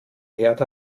herd